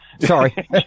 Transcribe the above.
Sorry